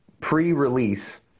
pre-release